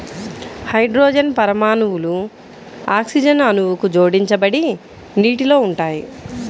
hydrogen పరమాణువులు oxygen అణువుకు జోడించబడి నీటిలో ఉంటాయి